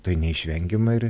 tai neišvengiama ir